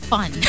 Fun